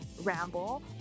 Ramble